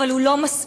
אבל הוא לא מספיק.